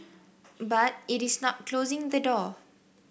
but it is not closing the door